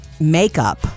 makeup